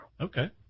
Okay